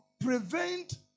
prevent